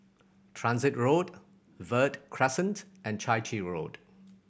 Transit Road Verde Crescent and Chai Chee Road